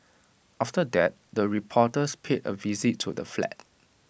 after that the reporters paid A visit to the flat